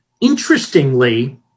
Interestingly